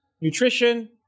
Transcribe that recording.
Nutrition